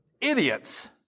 idiots